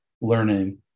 learning